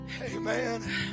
Amen